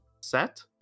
set